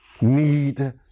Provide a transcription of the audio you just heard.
need